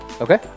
Okay